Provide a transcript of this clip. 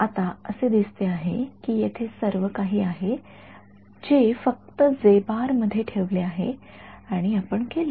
आता असे दिसते आहे की येथे सर्व काही आहे जे फक्त मध्ये ठेवले आहे आणि आपण केले